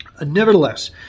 Nevertheless